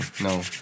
no